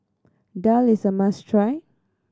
daal is a must try